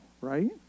right